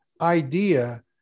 idea